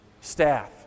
staff